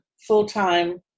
full-time